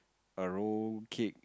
a roll cake